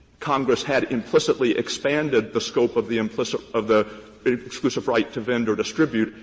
congress had implicitly expanded the scope of the implicit of the exclusive right to vend or distribute,